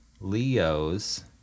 leos